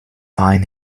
find